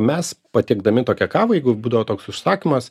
mes patiekdami tokią kavą jeigu būdavo toks užsakymas